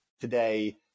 today